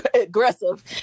aggressive